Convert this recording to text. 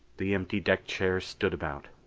the empty deck chairs stood about.